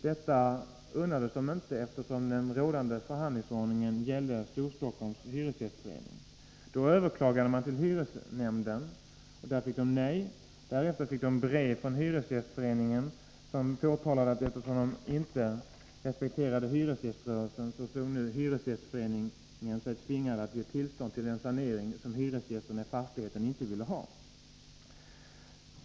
Detta unnades dem inte, eftersom det enligt rådande förhandlingsordning tillkom Storstockholms hyresgästförening. Då överklagade de till hyresnämnden, där de fick ett negativt besked. Därefter fick de brev från hyresgästföreningen där det sades att eftersom de inte respekterade hyresgäströrelsen, såg hyresgästföreningen sig nu tvingad att ge tillstånd till den sanering som hyresgästerna i fastigheten inte ville ha.